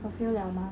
fulfil 了吗